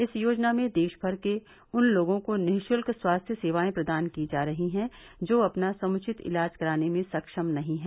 इस योजना में देश भर के उन लोगों को निशुल्क स्वास्थ्य सेवाये प्रदान की जा रही हें जो अपना समुचित इलाज कराने में सक्षम नही हैं